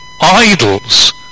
idols